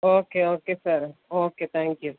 okay okay sir okay thank you